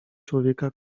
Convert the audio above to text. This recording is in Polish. człowieka